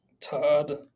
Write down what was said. Todd